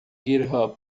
github